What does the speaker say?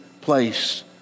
place